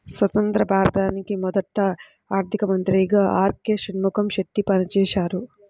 స్వతంత్య్ర భారతానికి మొదటి ఆర్థిక మంత్రిగా ఆర్.కె షణ్ముగం చెట్టి పనిచేసారు